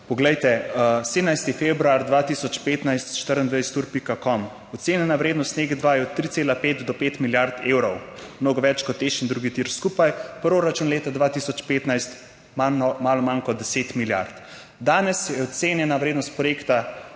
Poglejte, 17. februar 2015, 24 ur.com, ocenjena vrednost nek dva je od 3,5 do pet milijard evrov, mnogo več kot Teš in drugi tir skupaj. Proračun leta 2015 malo manj kot 10 milijard. Danes je ocenjena vrednost projekta